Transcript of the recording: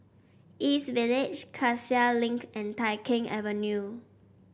East Village Cassia Link and Tai Keng Avenue